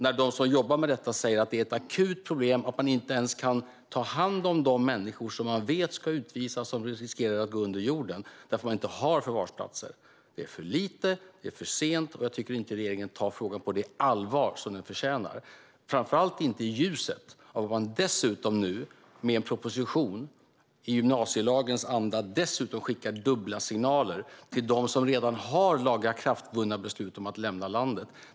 Men de som jobbar med detta säger att det är ett akut problem och att man inte ens kan ta hand om de människor som man vet ska utvisas. Dessa riskerar att gå under jorden därför att man inte har förvarsplatser. Det är för lite och för sent. Jag tycker inte att regeringen tar frågan på det allvar som den förtjänar, framför allt inte i ljuset av att man nu dessutom med en proposition i gymnasielagens anda skickar dubbla signaler till dem som redan har lagakraftvunna beslut om att lämna landet.